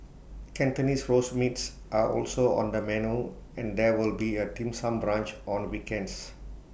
Cantonese Roast Meats are also on the menu and there will be A dim sum brunch on weekends